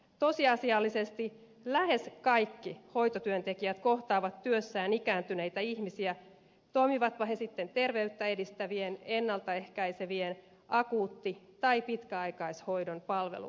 tosiasiallisesti lähes kaikki hoi totyöntekijät kohtaavat työssään ikääntyneitä ihmisiä toimivatpa he sitten terveyttä edistävän ennalta ehkäisevän akuutti tai pitkäaikaishoidon palveluyksiköissä